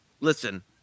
listen